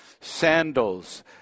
sandals